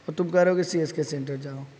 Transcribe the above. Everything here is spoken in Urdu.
تم کرو کے سی ایس کے سینٹر جاؤ